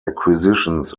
acquisitions